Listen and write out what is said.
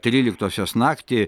tryliktosios naktį